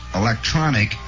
electronic